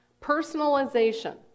personalization